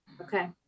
Okay